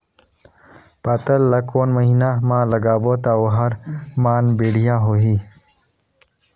पातल ला कोन महीना मा लगाबो ता ओहार मान बेडिया होही?